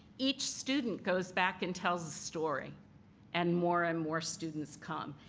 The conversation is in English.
each student goes back and tells a story and more and more students come.